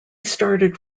started